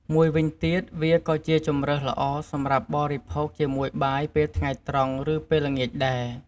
មួយវិញទៀត វាក៏ជាជម្រើសល្អសម្រាប់បរិភោគជាមួយបាយពេលថ្ងៃត្រង់ ឬពេលល្ងាចដែរ។